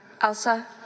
Elsa